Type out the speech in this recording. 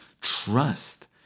trust